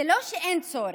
זה לא שאין צורך.